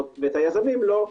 ואת היזמים - לא.